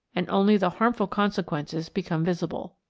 and only the harmful consequences become visible.